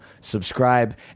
subscribe